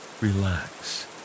relax